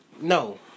no